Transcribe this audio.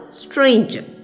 stranger